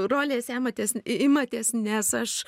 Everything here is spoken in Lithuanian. rolės ematės imatės nes aš